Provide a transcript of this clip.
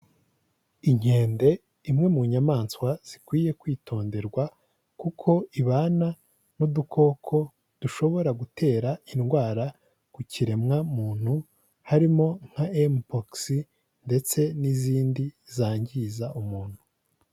Inkende imwe mu nyamaswa zikwiye kwitonderwa kuko ibana n'udukoko dushobora gutera indwara ku kiremwamuntu, harimo nka M Pox ndetse n'izindi zangiriza umuntu.